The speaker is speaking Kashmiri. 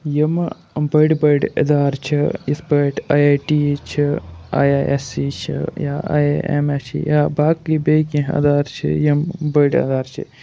یِم یِم بٔڑۍ بٔڑۍ اِدارٕ چھِ یِتھ پٲٹھۍ آی آی ٹیٖز چھِ آی آی اٮ۪س سی چھِ یا آی آی اٮ۪م اٮ۪س چھِ یا باقٕے بیٚیہِ کینٛہہ ادارٕ چھِ یِم بٔڑۍ ادارٕ چھِ